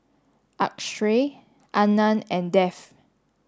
Akshay Anand and Dev